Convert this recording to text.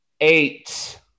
eight